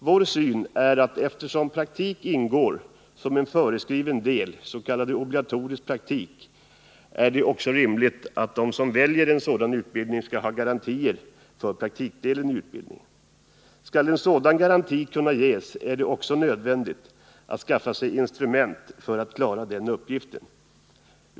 Vår syn är den att det, eftersom praktik ingår som en föreskriven del — s.k. obligatorisk praktik — i vissa utbildningar, också är rimligt att de som väljer en sådan utbildning skall ha garantier för praktikdelen i denna. För att man skall kunna ge en sådan garanti är det nödvändigt att det skaffas instrument för att klara den uppgiften.